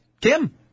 Kim